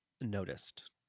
noticed